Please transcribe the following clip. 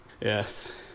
Yes